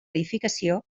edificació